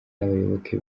n’abayoboke